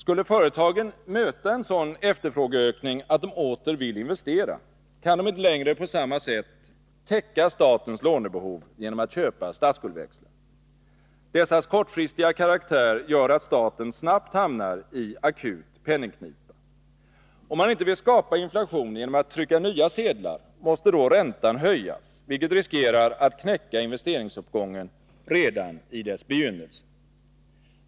Skulle företagen möta en sådan efterfrågeökning att de åter vill investera, kan de inte längre på samma sätt täcka statens lånebehov genom att köpa statsskuldväxlar. Dessas kortfristiga karaktär gör att staten snabbt hamnar i akut penningknipa. Om man inte vill skapa inflation genom att trycka nya sedlar, måste då räntan höjas, vilket riskerar att knäcka investeringsuppgången redan i dess begynnelse.